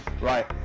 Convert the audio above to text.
Right